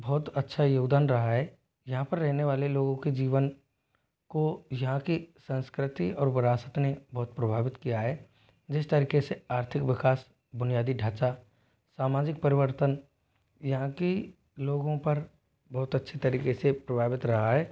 बहुत अच्छा योगदान रहा है यहाँ पर रहने वाले लोगों के जीवन को यहाँ की संस्कृति और विरासत ने बहुत प्रभावित किया है जिस तरीक़े से आर्थिक विकास बुनियादी ढाँचा सामाजिक परिवर्तन यहाँ के लोगों पर बहुत अच्छे तरीक़े से प्रभावित रहा है